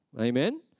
Amen